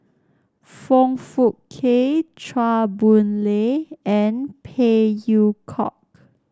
Foong Fook Kay Chua Boon Lay and Phey Yew Kok